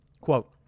Quote